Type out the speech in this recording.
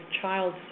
child